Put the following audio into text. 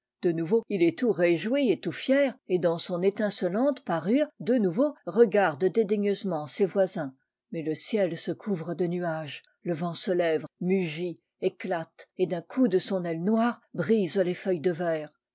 de nouveau il est tout réjoui et tout lier et dans son étincelante parure de nouveau regarde dédaigneusement ses voisins mais le ciel se couvre de nuages le vent se lève mugit éclate et d'un coup de son aile noire brise les feuilles de verre